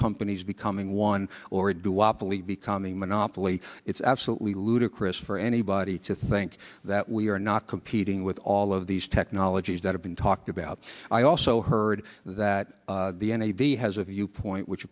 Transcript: companies becoming one or do i believe becoming a monopoly it's absolutely ludicrous for anybody to think that we are not competing with all of these technologies that have been talked about i also heard that the n a v has a viewpoint which